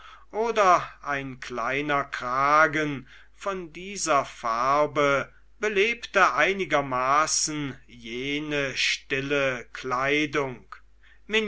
oder ein kleiner kragen von dieser farbe belebte einigermaßen jene stille kleidung